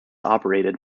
operated